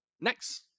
next